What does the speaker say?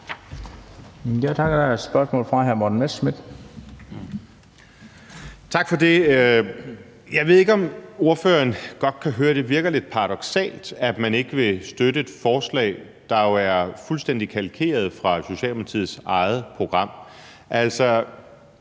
Jeg ved ikke, om ordføreren godt kan høre, at det virker lidt paradoksalt, at man ikke vil støtte et forslag, der jo er fuldstændig kalkeret fra Socialdemokratiets eget program. Kan